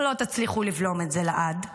לא תצליחו לבלום את זה לעד,